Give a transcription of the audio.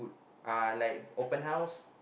uh like open house